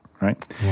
right